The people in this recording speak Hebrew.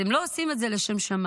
אתם לא עושים את זה לשם שמים,